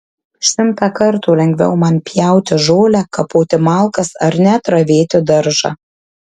šimtą kartų lengviau man pjauti žolę kapoti malkas ar net ravėti daržą